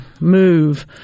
move